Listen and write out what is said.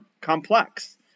complex